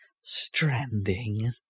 stranding